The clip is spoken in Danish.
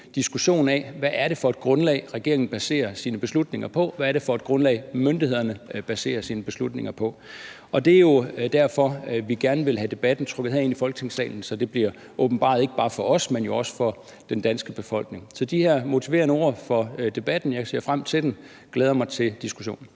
diskussion af, hvad det er for et grundlag, regeringen baserer sine beslutninger på, hvad det er for et grundlag, myndighederne baserer sine beslutninger på. Det er jo derfor, vi gerne vil have debatten trukket herind i Folketingssalen, så det bliver åbenbaret ikke bare for os, men jo også for den danske befolkning. Så de her motiverende ord for debatten, jeg ser frem til den og glæder mig til diskussionen.